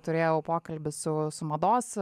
turėjau pokalbį su su mados